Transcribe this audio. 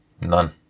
none